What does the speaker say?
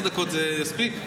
עשר דקות זה יספיק?